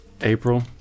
April